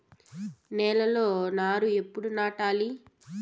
నేలలో నారు ఎప్పుడు నాటాలి?